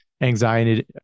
anxiety